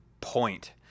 point